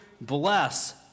bless